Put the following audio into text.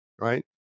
Right